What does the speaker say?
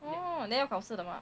orh then 要考试的吗